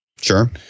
Sure